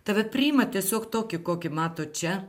tave priima tiesiog tokį kokį mato čia